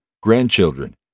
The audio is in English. grandchildren